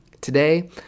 Today